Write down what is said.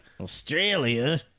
Australia